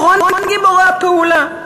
אחרון גיבורי הפעולה.